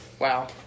wow